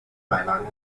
beilagen